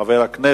של חבר הכנסת